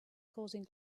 causing